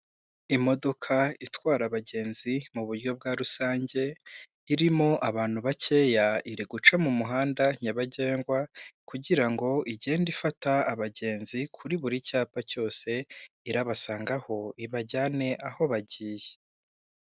Imodoka itwara abagenzi mu buryo bwa rusange irimo abantu bakeya, iri guca mu muhanda nyabagendwa kugira ngo igenda ifata abagenzi kuri buri cyapa cyose irabasangaho ibajyane aho bagiye.